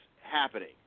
happening